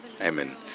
Amen